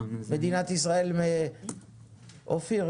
אופיר,